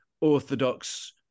orthodox